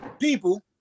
people